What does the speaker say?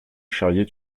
charriait